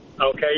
Okay